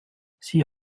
sich